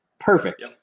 Perfect